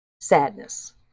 Sadness